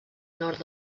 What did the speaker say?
nord